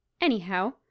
Anyhow